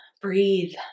breathe